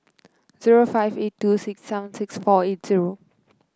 zero five eight two six sun six four eight zero